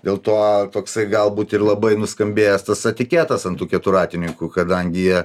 dėl to toksai galbūt ir labai nuskambėjęs tas etiketas ant tų keturratininkų kadangi jie